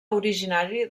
originari